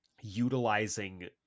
utilizing